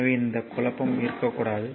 எனவே எந்த குழப்பமும் இருக்கக்கூடாது